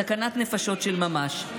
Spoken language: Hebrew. סכנת נפשות של ממש.